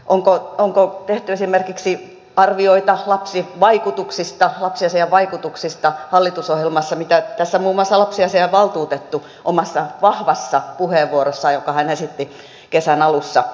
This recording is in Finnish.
onko tehty esimerkiksi arvioita lapsivaikutuksista lapsiasiavaikutuksista hallitusohjelmassa mitä tässä muun muassa lapsiasiavaltuutettu omassa vahvassa puheenvuorossaan jonka hän esitti kesän alussa vaati